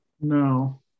No